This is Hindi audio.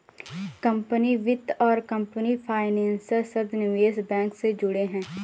कंपनी वित्त और कंपनी फाइनेंसर शब्द निवेश बैंक से जुड़े हैं